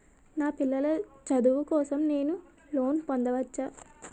నా పిల్లల చదువు కోసం నేను లోన్ పొందవచ్చా?